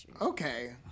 okay